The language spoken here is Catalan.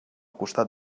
costat